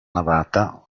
navata